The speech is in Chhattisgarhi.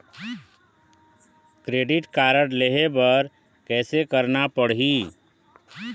क्रेडिट कारड लेहे बर कैसे करना पड़ही?